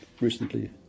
recently